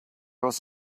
was